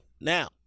Now